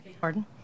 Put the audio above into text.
Pardon